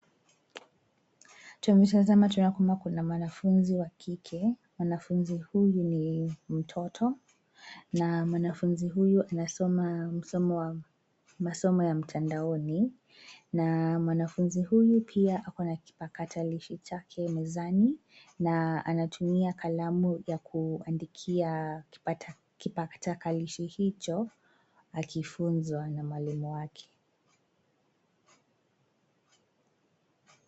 Twa tazama kwamba kuna mwanafunzi wa kike mwanafunzi huyu ni mtoto na mwanafunzi huyu anasoma masomo ya mtandaoni na mwanafunzi huyu pia ako na kipakatalishi chake mezani na anatumia kalamu ya kuandikia kipakatalishi hicho akifunzwa na mwalimu wake.